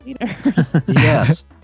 Yes